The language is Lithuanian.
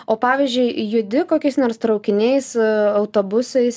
o pavyzdžiui judi kokiais nors traukiniais autobusais